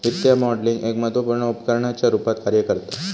वित्तीय मॉडलिंग एक महत्त्वपुर्ण उपकरणाच्या रुपात कार्य करता